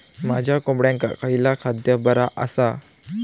माझ्या कोंबड्यांका खयला खाद्य बरा आसा?